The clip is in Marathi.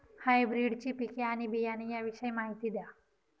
हायब्रिडची पिके आणि बियाणे याविषयी माहिती द्या